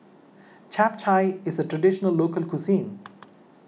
Chap Chai is a Traditional Local Cuisine